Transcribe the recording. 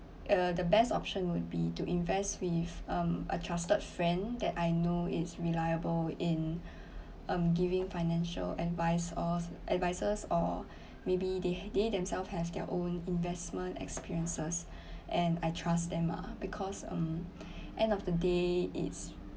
uh the best option would be to invest with um a trusted friend that I know is reliable in um giving financial advice or advisors or maybe they ha~ they themselves has their own investment experiences and I trust them ah because um end of the day it's